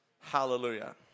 Hallelujah